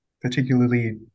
particularly